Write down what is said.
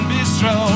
Bistro